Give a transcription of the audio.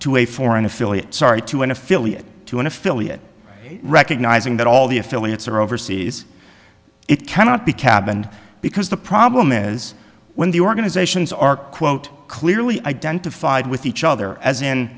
to a foreign affiliate sorry to an affiliate to an affiliate recognizing that all the affiliates are overseas it cannot be cabined because the problem is when the organizations are quote clearly identified with each other as in